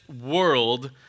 world